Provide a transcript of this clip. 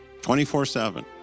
24-7